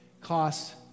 costs